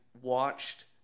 watched